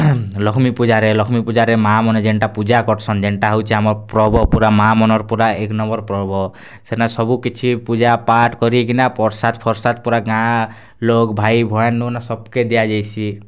ଲକ୍ଷ୍ମୀ ପୂଜାରେ ଲକ୍ଷ୍ମୀ ପୂଜାରେ ମାଁ ମାନେ ଯେନ୍ତା ପୂଜା କର୍ସନ୍ ଯେନ୍ତା ହେଉଛି ଆମର୍ ପର୍ବ ପୁରା ମାଁ ମାନ୍ଙ୍କର୍ ପୁରା ଏକ୍ ନମ୍ବର୍ ପର୍ବ ସେନେ ସବୁ କିଛି ପୂଜା ପାଠ୍ କରିକିନା ପର୍ସାଦ୍ ଫର୍ସାଦ୍ ପୁରା ଗାଁ ଲୋକ୍ ଭାଇ ବହେନ୍ ନୁଁ ସବ୍କେ ଦିଆ ଯାଏସିଁ